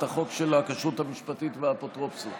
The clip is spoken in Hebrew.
החוק של הכשרות המשפטית והאפוטרופסות?